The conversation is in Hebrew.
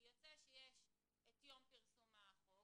כי יוצא שיש את יום פרסום החוק,